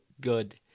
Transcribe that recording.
good